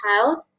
Child